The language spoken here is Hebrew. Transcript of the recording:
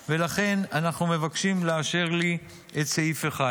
הרשויות שחל עליהן הסייג לאחריות בחוק הגנת